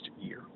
year